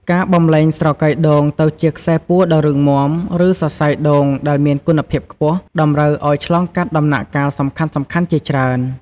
ការបំប្លែងស្រកីដូងទៅជាខ្សែពួរដ៏រឹងមាំ ឬសរសៃដូងដែលមានគុណភាពខ្ពស់ តម្រូវឱ្យឆ្លងកាត់ដំណាក់កាលសំខាន់ៗជាច្រើន។